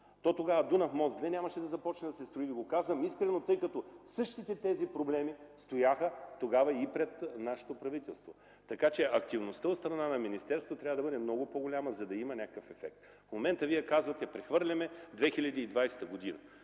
то тогава Дунав мост 2 нямаше да започне да се строи. Казвам Ви го, тъй като същите тези проблеми стояха тогава и пред нашето правителство. Активността от страна на министерството трябва да бъде много по-голяма, за да има някакъв ефект. В момента Вие казвате – прехвърляме за 2020 г.